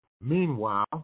Meanwhile